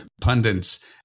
pundits